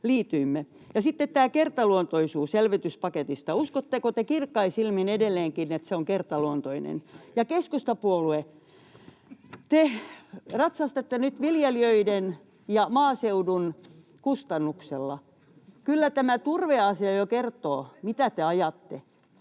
sitten tämä kertaluontoisuus elvytyspaketista. Uskotteko te kirkkain silmin edelleenkin, että se on kertaluontoinen? Ja keskustapuolue, te ratsastatte nyt viljelijöiden ja maaseudun kustannuksella. Kyllä tämä turveasia jo kertoo, mitä te ajatte.